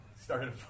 Started